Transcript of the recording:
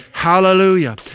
hallelujah